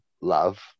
love